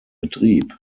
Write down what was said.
betrieb